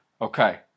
Okay